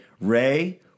Ray